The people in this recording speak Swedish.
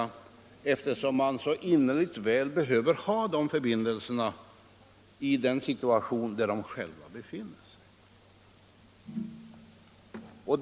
De behöver så innerligt väl ha de förbindelserna i den situation där de själva befinner sig.